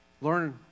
Learn